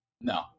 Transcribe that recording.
No